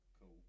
cool